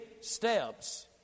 steps